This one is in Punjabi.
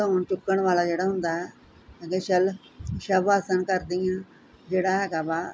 ਧੌਣ ਚੁੱਕਣ ਵਾਲਾ ਜਿਹੜਾ ਹੁੰਦਾ ਸ਼ੈਲ ਸ਼ਵ ਆਸਣ ਕਰਦੀ ਆਂ ਜਿਹੜਾ ਹੈਗਾ ਵਾ